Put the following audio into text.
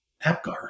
APGAR